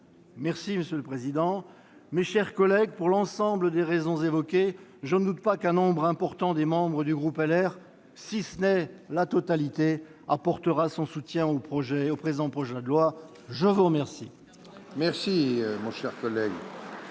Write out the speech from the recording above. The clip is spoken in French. Merci, monsieur le président ! Mes chers collègues, pour l'ensemble des raisons évoquées, je ne doute pas qu'un nombre important des membres du groupe Les Républicains, si ce n'est leur totalité, apportera son soutien au présent projet de loi. Très bien ! La parole